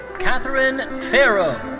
katherine farrow.